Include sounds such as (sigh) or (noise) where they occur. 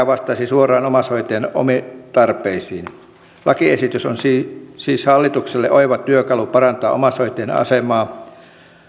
(unintelligible) vastaisi suoraan omaishoitajien omiin tarpeisiin lakiesitys on siis hallitukselle oiva työkalu parantaa omaishoitajien asemaa